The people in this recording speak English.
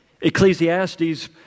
Ecclesiastes